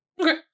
Okay